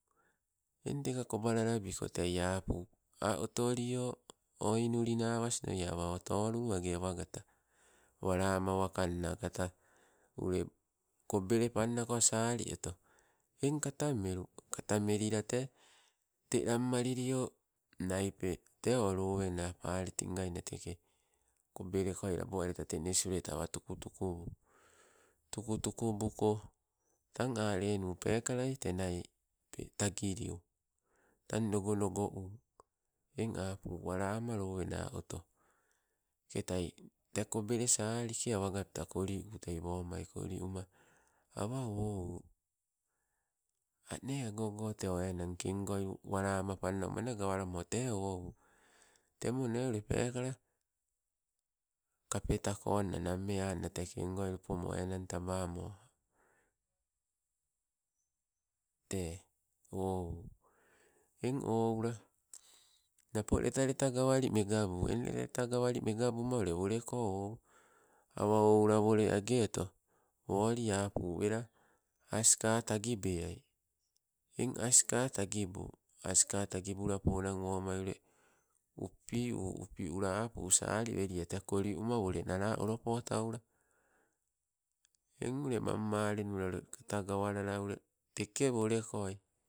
Eng teka kobalalabiko teka tei apu ah atolio o inuli nawasno, awa oh tolulu awagata walama wakana akata ule kobele pannako sali oto, eng kata melu. Kata melila te, te lammalilio, naipe teo lowena paleti ngainna teke, kobelekoi labo aleta te nes uleta awa, tuku tukubu, tuku tukubuko tang alenu pekala te naipe tagiliu tang nogonogo u. Eng apu walama lowena ah oto teketai te kobele salike awa gapta koliu tei womai koliu ma awa ohu ane ago go te o enang kangoi panna oma gawalama te ou temo ne ule peka, kapeta konna nammee anna te kangoi lupumo. Enang tabamo te, wowu eng oula napo leta leta gawali megabu eng leta leta gawali megabuma ule woleko ou, owa oula wole age oto woli apu wela aska tagibeai eng aska tagibu aska tagibula ponna womai upiu, upiula apu sali wellie te koli uma nala wole olopotaula eng ule mangmalenula kata gawalala teke wolekoi